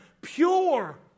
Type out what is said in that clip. pure